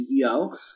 CEO